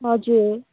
हजुर